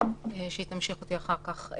שתמשיך אותי אחר כך.